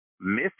miss